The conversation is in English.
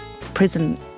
Prison